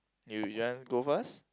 you you want go first